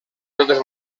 totes